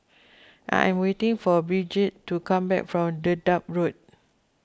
I am waiting for Brigette to come back from Dedap Road